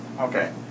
Okay